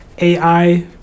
AI